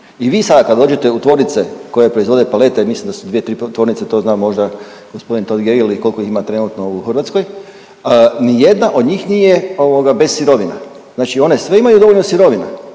i vi sada kada dođete u tvornice koje proizvode pelete, mislim da su dvije, tri tvornice, to zna možda g. Totgergeli, koliko ih ima trenutno u Hrvatskoj, nijedna od njih nije ovoga, bez sirovina. Znači one sve imaju dovoljno sirovina,